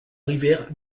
rivière